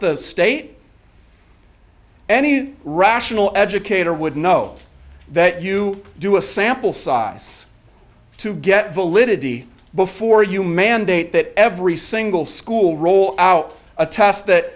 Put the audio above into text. the state any rational educator would know that you do a sample size to get validity before you mandate that every single school roll out a test that